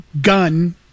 gun